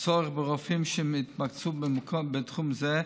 הצורך ברופאים שיתמקצעו בתחום זה,